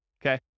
okay